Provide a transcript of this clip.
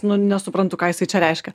nu nesuprantu ką jisai čia reiškia